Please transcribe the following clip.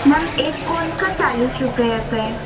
ma'am एक cone का चालीस रुपये आता है